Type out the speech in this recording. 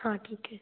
हाँ ठीक है